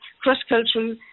cross-cultural